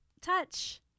touch